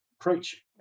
preach